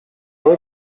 rue